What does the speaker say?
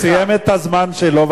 הוא סיים את הזמן שלו,